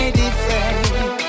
different